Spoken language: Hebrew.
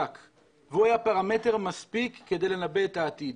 והוא היה פרמטר מספיק כדי לנבא את העתיד